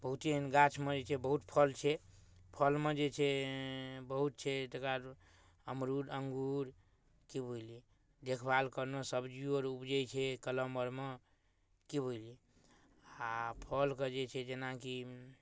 बहुते एहन गाछमे जे छै बहुत फल छै फलमे जे छै बहुत छै तकरा बाद अमरूद अङ्गूर की बुझलियै देखभाल करनहुॅं सब्जियो आर उपजै छै कलम आरमे की बुझलियै आ फलके जे छै जेना कि